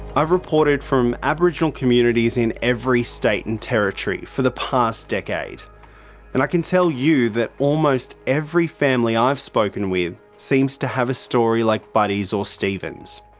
i've reported from aboriginal communities in every state and territory for the past decade and i can tell you that almost every family i've spoken with seems to have a story like buddy's or stephen's.